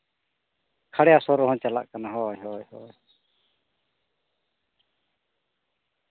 ᱠᱷᱟᱲᱭᱟᱥᱚᱨ ᱨᱮᱦᱚ ᱪᱟᱞᱟᱜ ᱠᱟᱱᱟ ᱦᱳᱭ ᱦᱳᱭ ᱦᱳᱭ